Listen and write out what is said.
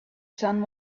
sun